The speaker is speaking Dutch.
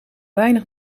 weinig